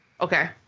Okay